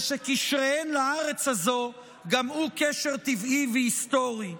ושהקשר שלהן לארץ הזו גם הוא קשר טבעי והיסטורי.